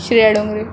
Shreya Dongre